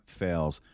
fails